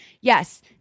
yes